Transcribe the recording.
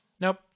Nope